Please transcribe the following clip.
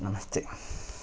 ನಮಸ್ತೆ